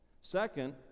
Second